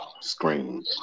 screen